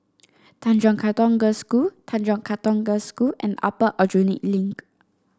Tanjong Katong Girls' School Tanjong Katong Girls' School and Upper Aljunied Link